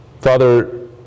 Father